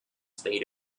stayed